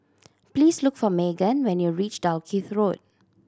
please look for Meaghan when you reach Dalkeith Road